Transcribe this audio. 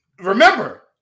Remember